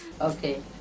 Okay